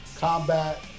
combat